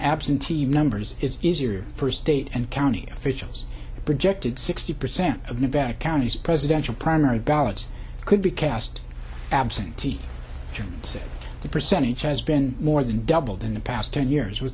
absentee numbers it's easier for state and county officials projected sixty percent of nevada counties presidential primary ballots could be cast absentee you say the percentage has been more than doubled in the past ten years w